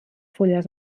fulles